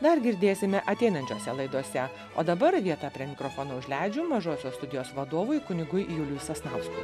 dar girdėsime ateinančiose laidose o dabar vietą prie mikrofono užleidžiu mažosios studijos vadovui kunigui juliui sasnauskui